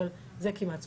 אבל זה כמעט סופי.